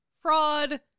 fraud